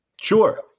Sure